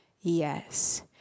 Yes